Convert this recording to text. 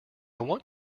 want